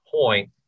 point